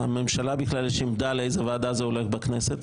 שלממשלה יש בכלל עמדה לאיזו ועדה זה הולך בכנסת.